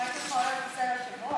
ראיתי אותך עולה על כיסא היושב-ראש.